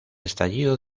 estallido